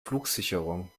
flugsicherung